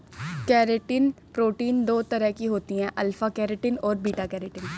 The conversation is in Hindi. केरेटिन प्रोटीन दो तरह की होती है अल्फ़ा केरेटिन और बीटा केरेटिन